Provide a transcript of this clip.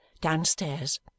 downstairs